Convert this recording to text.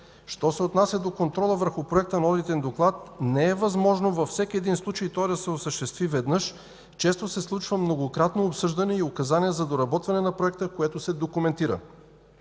Що се отнася до контрола върху проекта на одитен доклад, не е възможно във всеки един случай той да се осъществи веднъж. Често се случва многократно обсъждане и указания за доработване на проекта, което се документира.